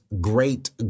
great